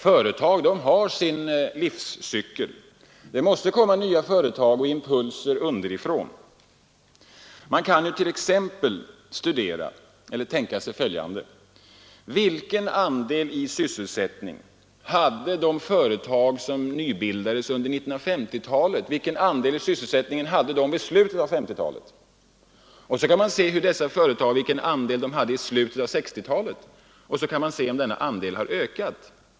Företag har sin livscykel. Det måste komma nya företag och impulser underifrån. Man kan t.ex. studera eller försöka tänka sig vilken andel i sysselsättningen de företag hade som nybildades i slutet av 1950-talet och jämföra med vilken andel de hade i slutet av 1960-talet. Sedan kan man se efter om denna andel har ökat.